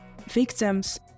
victims